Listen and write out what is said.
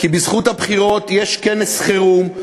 כי בזכות הבחירות יש כנס חירום,